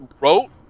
wrote